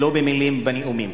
ולא במלים ובנאומים.